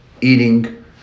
eating